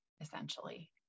essentially